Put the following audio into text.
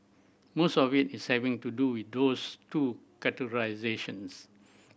most of it is having to do with those two categorisations